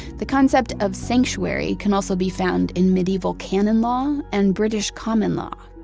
the concept of sanctuary can also be found in medieval canon law and british common law.